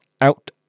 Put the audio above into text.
out